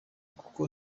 kuko